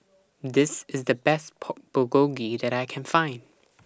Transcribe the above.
This IS The Best Pork Bulgogi that I Can Find